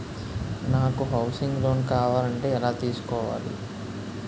నాకు housing loan కావాలంటే ఎలా తీసుకోవాలి?